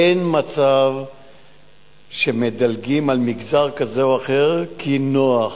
אין מצב שמדלגים על מגזר כזה או אחר כי נוח.